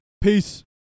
Peace